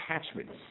attachments